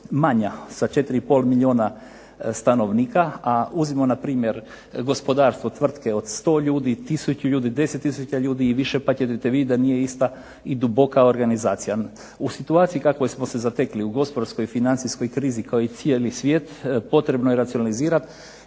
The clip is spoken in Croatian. manja sa 4,5 milijuna stanovnika a uzmimo npr. gospodarstvo, tvrtke od 100 ljudi, tisuću ljudi, 10 tisuća ljudi i više pa ćete vidjeti da nije ista i duboka organizacija. U situaciji u kakvoj smo se zatekli u gospodarskoj i financijskoj krizi kao i cijeli svijet, potrebno je racionalizirati